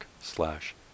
slash